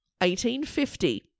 1850